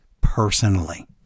personally